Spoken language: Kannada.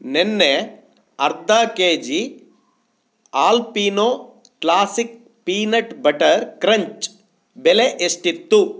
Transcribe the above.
ನೆನ್ನೆ ಅರ್ಧ K G Alpino classic peanut butter crunch ಬೆಲೆ ಎಷ್ಟಿತ್ತು